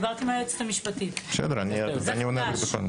דיברתי עם היועצת המשפטית.